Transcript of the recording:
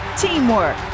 Teamwork